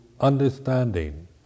understanding